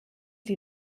sie